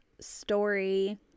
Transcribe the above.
story